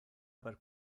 per